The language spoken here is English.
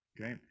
okay